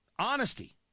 honesty